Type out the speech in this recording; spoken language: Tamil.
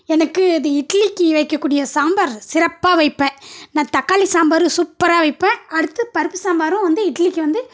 எனக்கு அது இட்லிக்கு வைக்கக்கூடிய சாம்பார் சிறப்பாக வைப்பேன் நான் தக்காளி சாம்பாரும் சூப்பராக வைப்பேன் அடுத்தது பருப்பு சாம்பாரும் வந்து இட்லிக்கு வந்து